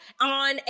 On